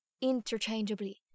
interchangeably